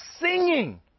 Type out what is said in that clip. singing